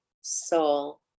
soul